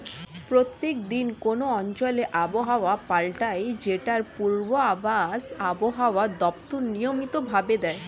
প্রত্যেক দিন কোন অঞ্চলে আবহাওয়া পাল্টায় যেটার পূর্বাভাস আবহাওয়া দপ্তর নিয়মিত ভাবে দেয়